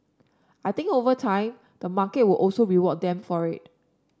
I think over time the market will also reward them for it